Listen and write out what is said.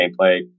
gameplay